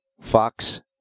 Fox